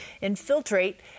infiltrate